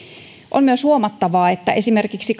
on myös huomattavaa että esimerkiksi